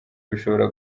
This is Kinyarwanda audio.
bishobora